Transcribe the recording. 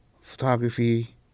photography